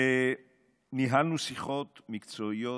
ניהלנו שיחות מקצועיות,